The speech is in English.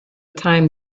time